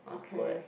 awkward